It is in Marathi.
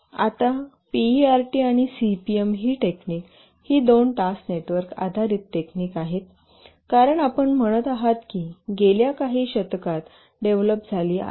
आता पीईआरटी आणि सीपीएम ही टेक्निक ही दोन टास्क नेटवर्क आधारित टेक्निक आहेत कारण आपण म्हणत आहात की ही गेल्या शतकात डेव्हलप झाली आहे